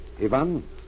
Ivan